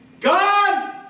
God